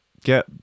Get